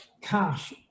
cash